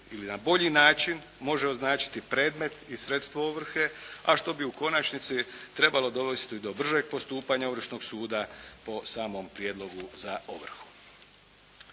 ili na bolji način može označiti predmet i sredstvo ovrhe a što bi u konačnici trebalo dovesti do bržeg postupanja ovršnog suda po samom prijedlogu za ovrhu.